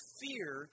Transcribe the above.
fear